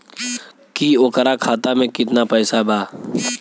की ओकरा खाता मे कितना पैसा बा?